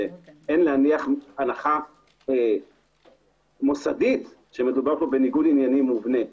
ואין להניח הנחה מוסדית שמדובר פה בניגוד עניינים מובנה.